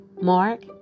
Mark